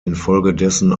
infolgedessen